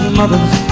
mothers